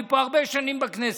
אני פה הרבה שנים בכנסת.